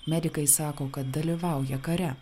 medikai sako kad dalyvauja kare